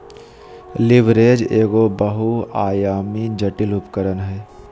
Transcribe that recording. leverage एगो बहुआयामी, जटिल उपकरण हय